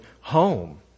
home